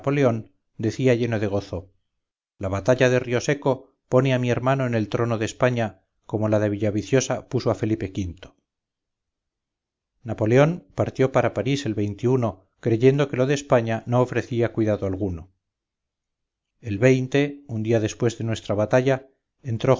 decía lleno de gozo la batalla de rioseco pone a mi hermano en el trono de españa como la de villaviciosa puso a felipe v napoleón partió para parís el creyendo que lo de españa no ofrecía cuidado alguno el un día después de nuestra batalla entró